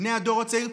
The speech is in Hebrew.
בני הדור הצעיר,